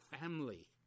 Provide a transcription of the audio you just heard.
family